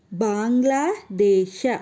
Bangladesh